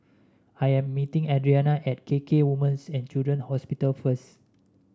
I am meeting Adrianna at K K Women's and Children's Hospital first